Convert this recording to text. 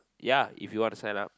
ya if you wanna sign up